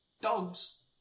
dogs